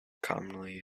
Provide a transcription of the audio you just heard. commonly